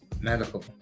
Medical